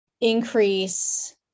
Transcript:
increase